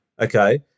Okay